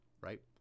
right